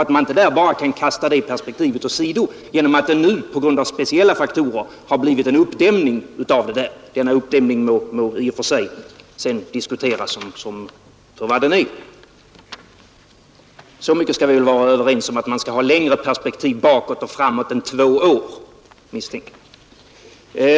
Man kan inte bara kasta hela det perspektivet åt sidan genom att det nu på grund av speciella faktorer har blivit en uppdämning. Denna uppdämning må sedan diskuteras för vad den är. Men så mycket kan vi väl vara överens om att man skall ha längre perspektiv bakåt och framåt än två år.